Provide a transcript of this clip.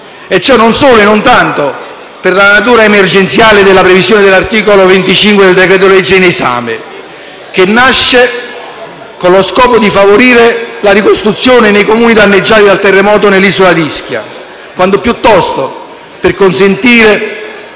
e ciò non solo e non tanto per la natura emergenziale della previsione dell’articolo 25 del decreto-legge in esame, che nasce con lo scopo di favorire la ricostruzione nei Comuni danneggiati dal terremoto nell’isola d’Ischia, quanto piuttosto per consentire